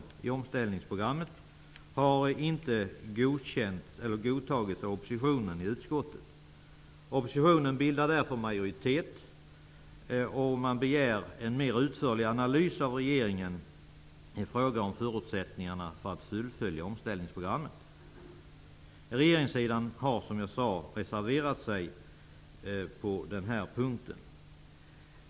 Oppositionsföreträdarna har på denna punkt bildat majoritet för en begäran om en mer utförlig analys från regeringen i fråga om förutsättningarna för att fullfölja omställningsprogrammet. Regeringssidan har, som jag sagt, reserverat sig på denna punkt.